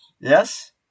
Yes